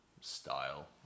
style